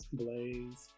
blaze